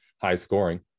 high-scoring